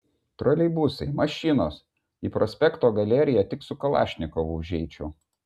troleibusai mašinos į prospekto galeriją tik su kalašnikovu užeičiau